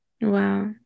Wow